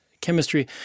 chemistry